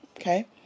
okay